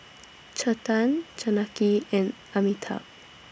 Chetan Janaki and Amitabh